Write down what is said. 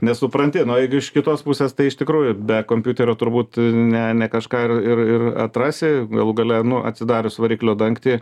nesupranti na o jeigu iš kitos pusės tai iš tikrųjų be kompiuterio turbūt ne ne kažką ir ir ir atrasi galų gale nu atsidarius variklio dangtį